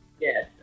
Yes